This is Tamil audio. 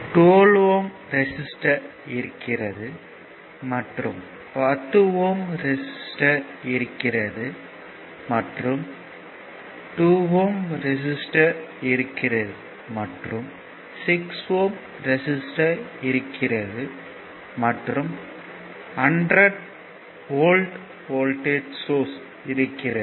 12 ஓம் ரெசிஸ்டர் இருக்கிறது மற்றும் 10 ஓம் ரெசிஸ்டர் இருக்கிறது மற்றும் 2 ஓம் ரெசிஸ்டர் இருக்கிறது மற்றும் 6 ஓம் ரெசிஸ்டர் இருக்கிறது மற்றும் 100 V வோல்ட்டேஜ் சோர்ஸ் இருக்கிறது